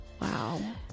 Wow